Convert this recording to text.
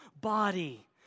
body